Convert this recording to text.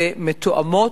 ומתואמות,